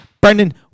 Brendan